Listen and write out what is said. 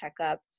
checkup